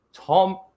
Tom